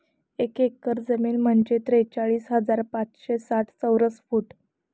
एक एकर जमीन म्हणजे त्रेचाळीस हजार पाचशे साठ चौरस फूट